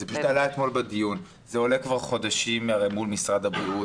זה עולה אתמול בדיון וזה עולה כבר חודשים מול משרד הבריאות,